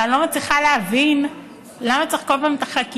אבל אני לא מצליחה להבין למה צריך כל פעם את החקיקה,